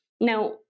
Now